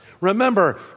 Remember